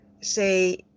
say